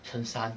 乘三